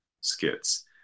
skits